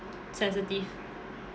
sensitive